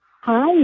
Hi